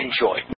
Enjoy